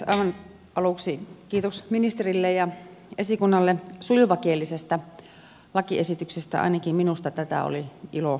aivan aluksi kiitos ministerille ja esikunnalle sujuvakielisestä lakiesityksestä ainakin minusta tätä oli ilo lukea